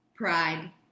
Pride